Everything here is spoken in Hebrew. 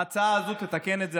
ההצעה הזאת תתקן את זה.